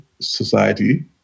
society